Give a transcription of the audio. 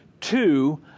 two